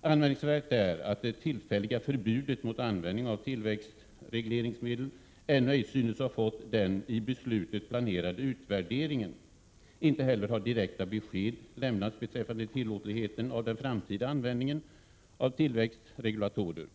Anmärkningsvärt är att det synes som om det tillfälliga förbudet mot användning av tillväxtregleringsmedel ännu ej utvärderats som planerats, vilket enligt beslutet skulle ske. Inte heller har direkta besked lämnats beträffande tillåtligheten av den framtida användningen av tillväxtregulatorer.